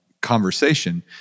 conversation